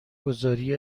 گذاری